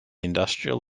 industrial